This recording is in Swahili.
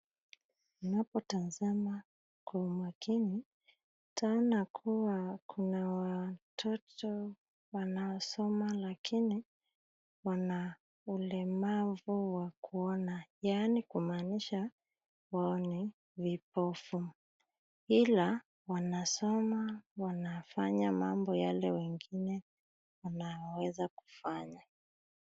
Unapotazama kwa umakini, utaona kuwa kuna watoto wanaosoma, lakini wana ulemavu wa kuona; yaani kumaanisha wao ni vipofu. Ila wanasoma, wanafanya mambo yale wengine wanayoweza kufanya.